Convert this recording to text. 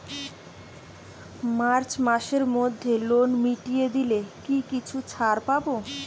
March মাসের মধ্যে loan মিটিয়ে দিলে কি কিছু ছাড় পাব?